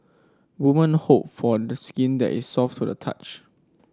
women hope for skin that is soft to the touch